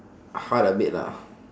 hard a bit lah